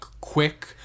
quick